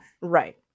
right